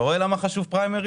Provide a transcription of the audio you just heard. אתה רואה למה חשוב פריימריז?